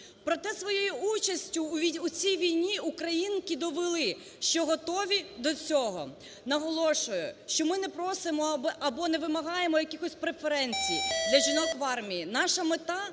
Проте своєю участю у цій війні українки довели, що готові до цього. Наголошую, що ми не просимо або не вимагаємо якихось преференцій для жінок в армії. Наша мета